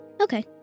Okay